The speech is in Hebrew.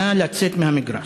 נא לצאת מהמגרש.